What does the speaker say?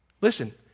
Listen